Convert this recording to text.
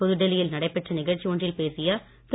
புதுடெல்லியில் நடைபெற்ற நிகழ்ச்சி ஒன்றில் பேசிய திரு